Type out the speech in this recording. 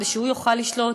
כדי שהוא יוכל לשלוט.